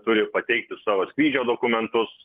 turi pateikti savo skrydžio dokumentus